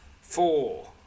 Four